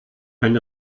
ein